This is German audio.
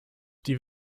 die